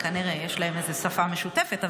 כנראה יש להם איזו שפה משותפת.